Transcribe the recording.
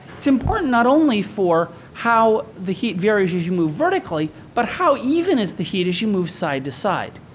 it's important not only for how the heat varies as you move vertically, but how even is the heat as you move side to side.